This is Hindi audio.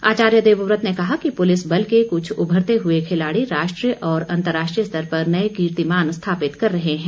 आचार्य देवव्रत ने कहा कि पुलिस बल के कुछ उभरते हुए खिलाड़ी राष्ट्रीय और अंतर्राष्ट्रीय स्तर पर नए कीर्तिमान स्थापित कर रहे हैं